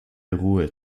ruhe